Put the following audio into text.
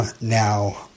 now